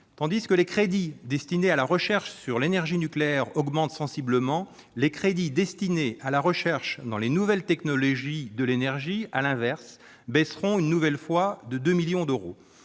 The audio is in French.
tandis que les crédits destinés à la recherche sur l'énergie nucléaire augmentent sensiblement, les crédits destinés à la recherche dans les nouvelles technologies de l'énergie baisseront une nouvelle fois, de 2 millions d'euros.